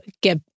get